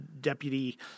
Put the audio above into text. deputy